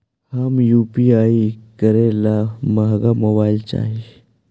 हम यु.पी.आई करे ला महंगा मोबाईल चाही?